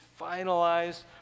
finalized